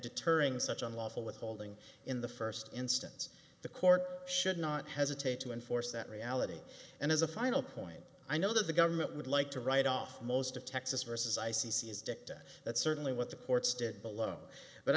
deterring such unlawful withholding in the first instance the court should not hesitate to enforce that reality and as a final point i know that the government would like to write off most of texas versus i c c is dicta that's certainly what the courts did below but